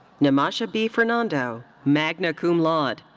nimasha b. fernando, magna cum laude.